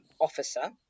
officer